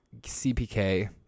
CPK